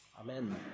Amen